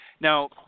Now